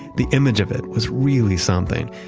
the image of it was really something.